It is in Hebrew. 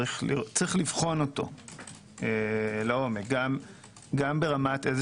יש לבחון את זה לעומק גם ברמת אילו